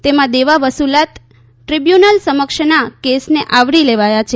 તેમાં દેવાં વસૂલાત ટ્રીબ્યુનલ સમક્ષના કેસને આવરી લેવાયા છે